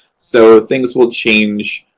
so, things will change